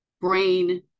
brain